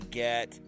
get